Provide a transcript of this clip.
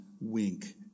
wink